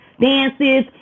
dances